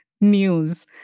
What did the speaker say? news